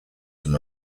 from